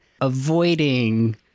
Avoiding